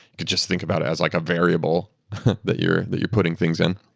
can just think about it as like a variable that you're that you're putting things in.